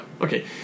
Okay